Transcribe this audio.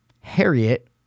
Harriet